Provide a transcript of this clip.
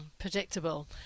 Predictable